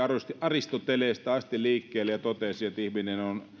aristoteleesta asti liikkeelle ja totesi että ihminen on